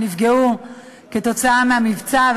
שנפגעו כתוצאה מהמבצע,